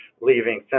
leaving